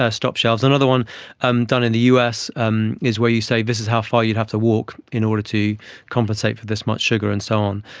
ah stop signs. another one um done in the us um is where you say this is how far you'd have to walk in order to compensate for this much sugar, and so on.